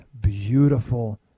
beautiful